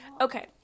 Okay